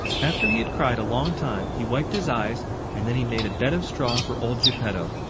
after he had cried a long time, he wiped his eyes and then he made a bed of straw for old geppetto.